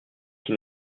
qui